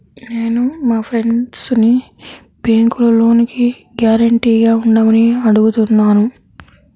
నేను మా ఫ్రెండ్సుని బ్యేంకులో లోనుకి గ్యారంటీగా ఉండమని అడుగుతున్నాను